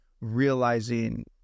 realizing